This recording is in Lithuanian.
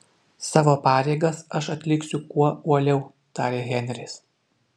savo pareigas aš atliksiu kuo uoliau tarė henris